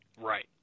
Right